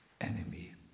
enemy